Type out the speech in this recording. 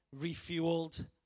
refueled